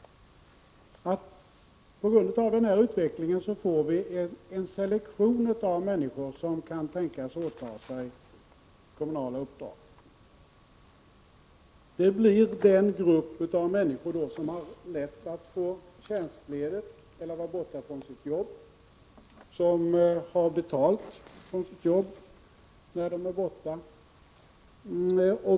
På grund av denna utveckling får vi en selektion av människor som kan tänkas åta sig kommunala uppdrag. Det blir då den grupp av människor som har lätt att få tjänstledigt eller som har lätt att vara borta från sitt jobb och som har betalt från sitt jobb när de är borta.